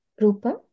Rupa